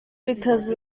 because